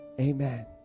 Amen